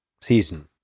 Season